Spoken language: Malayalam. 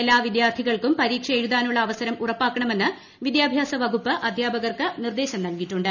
എല്ലാ വിദ്യാർത്ഥികൾക്കും പരീക്ഷ എഴുതാനുള്ള അവസരം ഉറപ്പാക്കണമെന്ന് വിദ്യാഭ്യാസവകുപ്പ് അധ്യാപകർക്ക് നിർദേശം നൽകിയിട്ടുണ്ട്